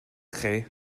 chi